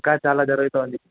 ఇంకా చాలా జరుగుతూ ఉంది